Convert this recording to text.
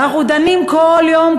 ואנחנו דנים כל יום,